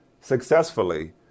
successfully